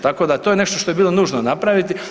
Tako da je to nešto što je bilo nužno napraviti.